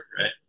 right